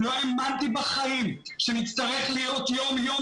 לא האמנתי בחיים שנצטרך להיות יום יום